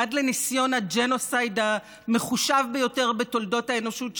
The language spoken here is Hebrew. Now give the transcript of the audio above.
עד לניסיון הג'נוסייד המחושב ביותר בתולדות האנושות,